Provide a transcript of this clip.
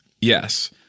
Yes